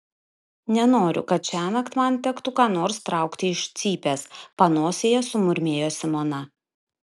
nenoriu kad šiąnakt man tektų ką nors traukti iš cypės panosėje sumurmėjo simona